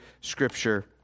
scripture